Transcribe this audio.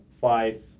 five